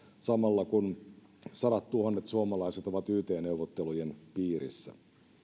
samalla kun sadattuhannet suomalaiset ovat yt neuvottelujen piirissä